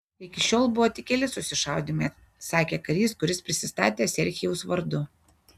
iki šiol buvo tik keli susišaudymai sakė karys kuris prisistatė serhijaus vardu